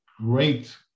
great